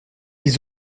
ils